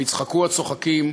ויצחקו הצוחקים.